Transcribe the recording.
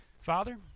father